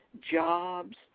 jobs